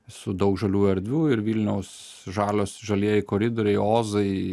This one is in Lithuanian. su daug žalių erdvių ir vilniaus žalios žalieji koridoriai ozai